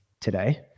today